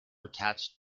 attached